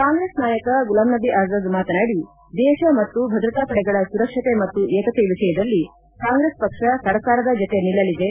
ಕಾಂಗ್ರೆಸ್ ನಾಯಕ ಗುಲಾಮ್ ನಬಿ ಆಜಾದ್ ಮಾತನಾಡಿ ದೇಶ ಮತ್ತು ಭದ್ರತಾಪಡೆಗಳ ಸುರಕ್ಷತೆ ಮತ್ತು ಏಕತೆ ವಿಷಯದಲ್ಲಿ ಕಾಂಗ್ರೆಸ್ ಪಕ್ಷ ಸರ್ಕಾರದ ಜತೆ ನಿಲ್ಲಲಿದೆ